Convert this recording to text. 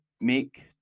make